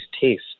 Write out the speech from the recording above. taste